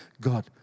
God